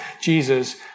Jesus